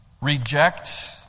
reject